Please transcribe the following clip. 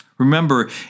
Remember